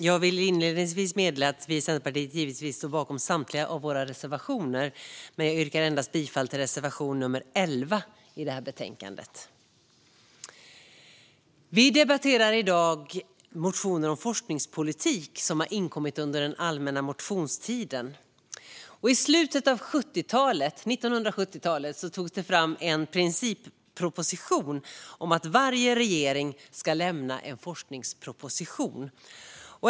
Fru talman! Vi i Centerpartiet står givetvis bakom samtliga våra reservationer, men jag yrkar bifall endast till reservation nr 11 i betänkandet. Vi debatterar i dag motioner om forskningspolitik som har inkommit under allmänna motionstiden. I slutet av 1970-talet togs det fram en principproposition om att varje regering ska lämna en forskningsproposition.